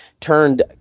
turned